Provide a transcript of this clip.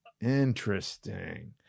interesting